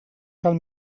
cal